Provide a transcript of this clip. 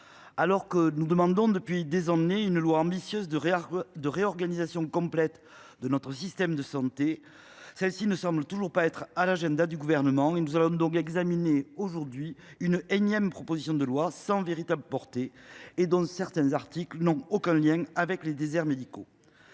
Alors que nous demandons depuis des années une loi ambitieuse de réorganisation complète de notre système de santé, celle ci ne semble toujours pas être à l’agenda du Gouvernement. Nous allons donc examiner aujourd’hui une énième proposition de loi sans véritable portée, dont certains articles n’ont même aucun lien avec la question des déserts médicaux.